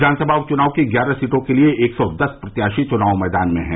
विवान सभा उपुचनाव की ग्यारह सीटों के लिए एक सौ दस प्रत्याशी चुनाव मैदान में हैं